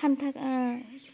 खान्था